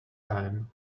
time